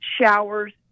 showers